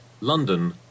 London